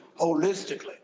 holistically